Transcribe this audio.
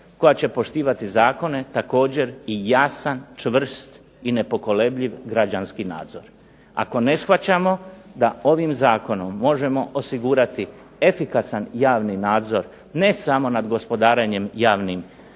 koja će poštivati zakone također i jasan čvrst, i nepokolebljiv građanski nadzor. Ako ne shvaćamo da ovim zakonom možemo osigurati efikasan javni nadzor ne samo nad gospodarenjem javnim